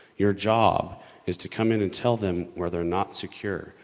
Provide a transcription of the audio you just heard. your job is to come in and tell them where they're not secure.